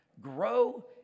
grow